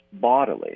bodily